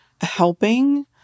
helping